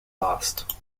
last